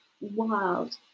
wild